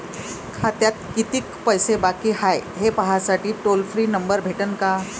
खात्यात कितीकं पैसे बाकी हाय, हे पाहासाठी टोल फ्री नंबर भेटन का?